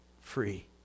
free